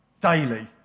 Daily